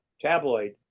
tabloid